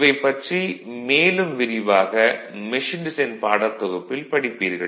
இவைப் பற்றி மேலும் விரிவாக மெஷின் டிசைன் பாடத்தொகுப்பில் பார்ப்பீர்கள்